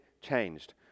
changed